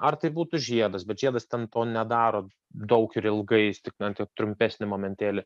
ar tai būtų žiedas bet žiedas ten to nedaro daug ir ilgai jis tik ten trumpesnį momentėlį